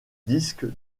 disques